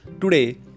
Today